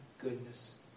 goodness